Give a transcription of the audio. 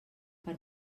per